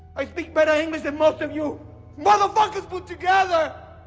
i speak better english than most of you motherfuckers put together!